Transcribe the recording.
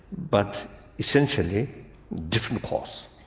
but essentially different cause.